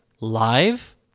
live